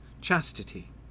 chastity